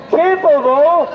capable